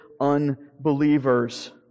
unbelievers